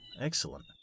Excellent